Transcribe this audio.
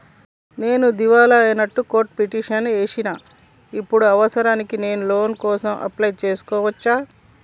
నేను దివాలా అయినట్లు కోర్టులో పిటిషన్ ఏశిన ఇప్పుడు అవసరానికి నేను లోన్ కోసం అప్లయ్ చేస్కోవచ్చా?